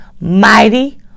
mighty